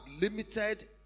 limited